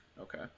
okay